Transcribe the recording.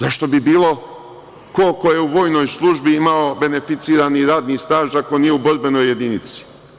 Zašto bi bilo ko ko je u vojnoj službi imao beneficirani radni staž ako nije u borbenoj jedinici?